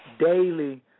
Daily